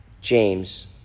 James